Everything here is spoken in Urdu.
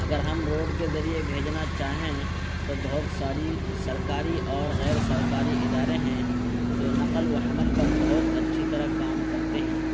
اگر ہم روڈ کے ذریعے بھیجنا چاہیں تو بہت ساری سرکاری اور غیر سرکاری ادارے ہیں جو نقل و حمل پر بہت اچھی طرح کام کرتے ہیں